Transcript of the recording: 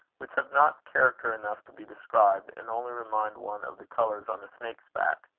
which have not character enough to be described, and only remind one of the colours on a snake's back.